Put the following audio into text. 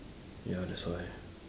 ya that's why